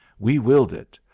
we willed it.